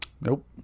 Nope